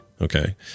Okay